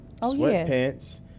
sweatpants